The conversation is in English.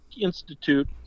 Institute